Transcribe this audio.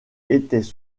étaient